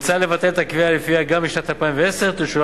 מוצע לבטל את הקביעה שלפיה גם בשנת 2010 תשולם